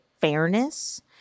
fairness